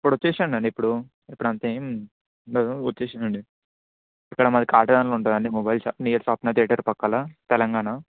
ఇప్పుడు వచ్చేస్తుంది అండి ఇప్పుడు ఇప్పుడు అంత ఏమి ఉండదు వచ్చింది అండి ఇక్కడ మాది కతెదన్ లో ఉంటుంది అండి మొబైల్ షాప్ సప్న థియేటర్ పక్కలో తెలంగాణ